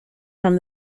from